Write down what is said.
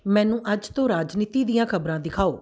ਮੈਨੂੰ ਅੱਜ ਤੋਂ ਰਾਜਨੀਤੀ ਦੀਆਂ ਖਬਰਾਂ ਦਿਖਾਓ